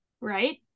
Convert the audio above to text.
right